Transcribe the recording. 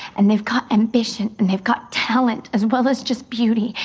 and they've got ambition and they've got talent as well as just beauty.